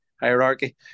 hierarchy